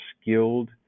skilled